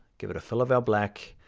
give it a fill of our black.